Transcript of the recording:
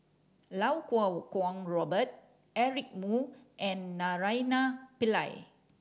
Iau Kuo Kwong Robert Eric Moo and Naraina Pillai